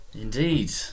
Indeed